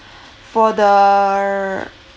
for the